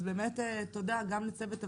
אז באמת תודה גם לצוות הוועדה,